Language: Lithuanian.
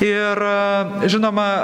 ir žinoma